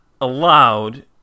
allowed